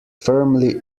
firmly